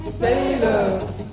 Sailor